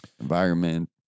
Environment